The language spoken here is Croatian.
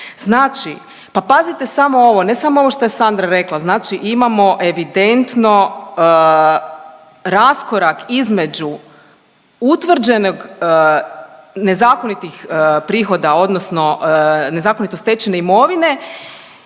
Znači pa pazite samo ovo, ne samo ovo što je Sandra rekla znači imao evidentno raskorak između utvrđenog nezakonitih prihoda odnosno nezakonito stečene imovine